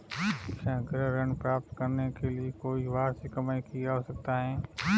क्या गृह ऋण प्राप्त करने के लिए कोई वार्षिक कमाई की आवश्यकता है?